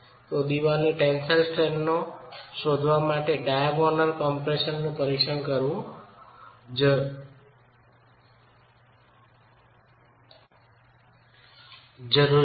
ચણતરની tensile strength નો અંદાજ મેળવવા માટે ડાયાગોનલ કમ્પ્રેશન પરીક્ષણ કરવું જરૂરી છે